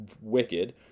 wicked